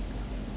对 lor